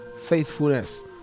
faithfulness